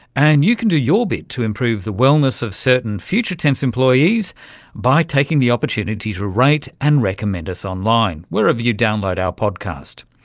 and you can do your bit to improve the wellness of certain future tense employees by taking the opportunity to rate and recommend us online wherever you download our podcast.